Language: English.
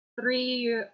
three